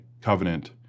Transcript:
covenant